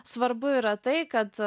svarbu yra tai kad